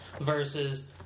versus